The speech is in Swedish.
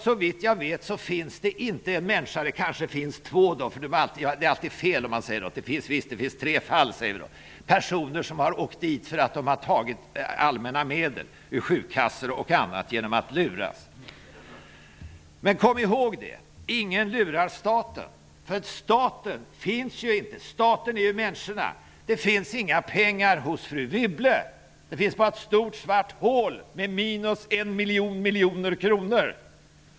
Såvitt jag vet finns det inte en människa som har åkt dit för att ha tagit allmänna medel genom att lura försäkringskassan eller liknande. Nej, det är bäst att jag säger att det bara finns tre fall -- annars får man alltid höra att det man säger är fel och att det faktiskt finns två. Men kom ihåg: Ingen lurar staten! Staten är ju människorna. Det finns inga pengar hos fru Wibble. Det finns bara ett stort svart hål med minus en miljon miljoner kronor.